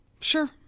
Sure